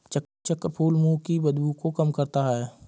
चक्रफूल मुंह की बदबू को कम करता है